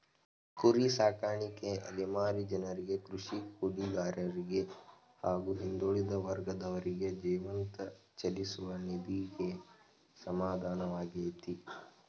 ಕುರಿ ಸಾಕಾಣಿಕೆ ಅಲೆಮಾರಿ ಜನರಿಗೆ ಕೃಷಿ ಕೂಲಿಗಾರರಿಗೆ ಹಾಗೂ ಹಿಂದುಳಿದ ವರ್ಗದವರಿಗೆ ಜೀವಂತ ಚಲಿಸುವ ನಿಧಿಗೆ ಸಮಾನವಾಗಯ್ತೆ